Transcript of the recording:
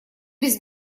без